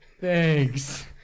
thanks